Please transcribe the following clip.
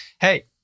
hey